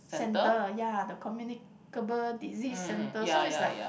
centre ya the Communicable Disease Centre so it's like